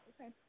Okay